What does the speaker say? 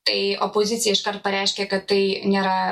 tai opozicija iškart pareiškė kad tai nėra